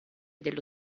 dello